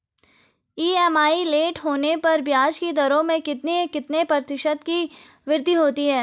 EMI late होने पर ब्याज की दरों में कितने कितने प्रतिशत की वृद्धि होती है?